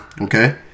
okay